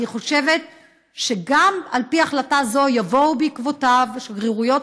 אני חושבת שגם על פי החלטה זו יבואו בעקבותיו שגרירויות